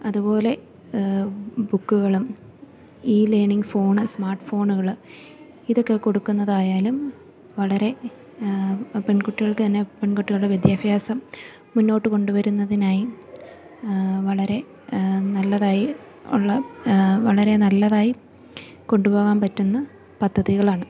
അതുപോലെ ബുക്കുകളും ഈ ലേർണിംഗ് ഫോൺ സ്മാർട്ട് ഫോണുകള് ഇതൊക്കെ കൊടുക്കുന്നതായാലും വളരെ പെൺകുട്ടികൾക്ക് തന്നെ പെൺകുട്ടികളുടെ വിദ്യാഭ്യാസം മുന്നോട്ട് കൊണ്ടു വരുന്നതിനായി വളരെ നല്ലതായി ഉള്ള വളരെ നല്ലതായി കൊണ്ടുപോകാന് പറ്റുന്ന പദ്ധതികളാണ്